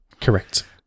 Correct